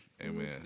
Amen